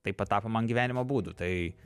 taip patapo man gyvenimo būdu tai